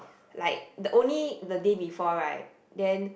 like the only the day before right then